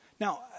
Now